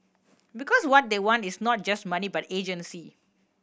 because what they want is not just money but agency